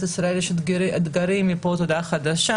ישראל יש אתגרים מפה ועד הודעה חדשה